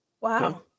Wow